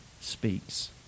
speaks